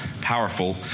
powerful